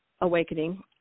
awakening